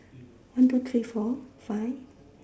one two three four five